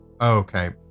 Okay